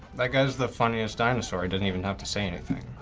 that guy is the funniest dinosaur. he didn't even have to say anything.